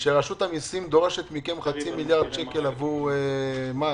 שרשות המיסים דורשת מכם חצי מיליארד שקל עבור מס.